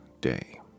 day